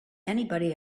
anybody